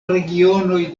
regionoj